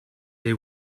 they